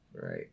Right